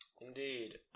Indeed